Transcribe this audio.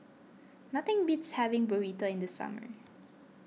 nothing beats having Burrito in the summer